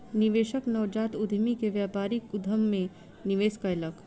निवेशक नवजात उद्यमी के व्यापारिक उद्यम मे निवेश कयलक